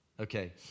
Okay